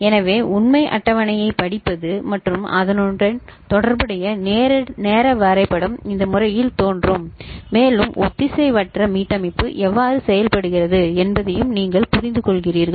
எனவே உண்மை அட்டவணையைப் படிப்பது மற்றும் அதனுடன் தொடர்புடைய நேர வரைபடம் இந்த முறையில் தோன்றும் மேலும் ஒத்திசைவற்ற மீட்டமைப்பு எவ்வாறு செயல்படுகிறது என்பதையும் நீங்கள் புரிந்துகொள்கிறீர்கள்